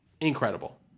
Incredible